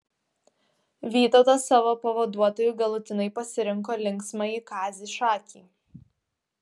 vytautas savo pavaduotoju galutinai pasirinko linksmąjį kazį šakį